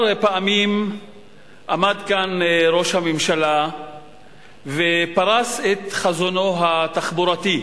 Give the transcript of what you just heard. כמה פעמים עמד כאן ראש הממשלה ופרס את חזונו התחבורתי,